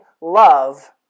love